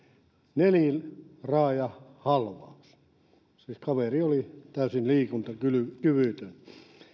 neliraajahalvaus siis kaveri oli täysin liikuntakyvytön